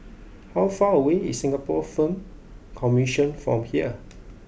how far away is Singapore Film Commission from here